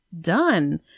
done